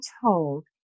told